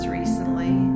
recently